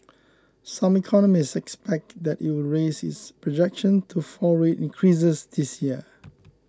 some economists expect that it will raise its projection to four rate increases this year